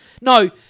No